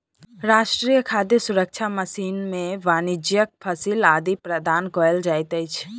राष्ट्रीय खाद्य सुरक्षा मिशन में वाणिज्यक फसिल आदि प्रदान कयल जाइत अछि